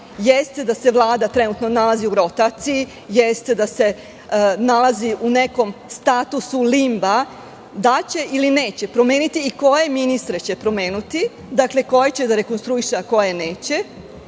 Jeste da se Vlada trenutno nalazi u rotaciji, jeste da se nalazi u nekom statusu lingua, da li će ili neće promeniti i koje ministre će promeniti, koje će da rekonstruiše, a koje neće,